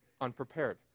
unprepared